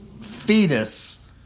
fetus